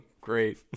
Great